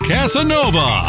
Casanova